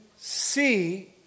see